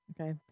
Okay